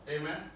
amen